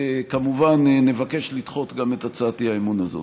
כמובן נבקש לדחות גם את הצעת האי-אמון הזאת.